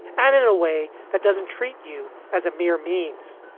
and in a way that doesn't treat you as a mere means